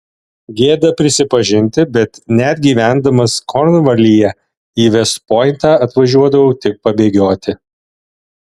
gėda prisipažinti bet net gyvendamas kornvalyje į vest pointą atvažiuodavau tik pabėgioti